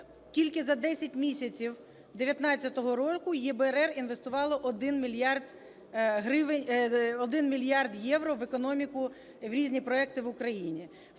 тільки за 10 місяців 19-го року ЄБРР інвестувало 1 мільярд євро в економіку, в різні проекти в Україні.